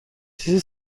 چیزی